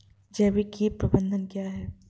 जैविक कीट प्रबंधन क्या है?